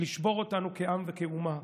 לשבור אותנו כעם וכאומה.